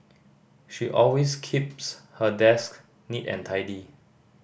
she always keeps her desk neat and tidy